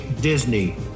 Disney